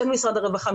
של משרד הרווחה,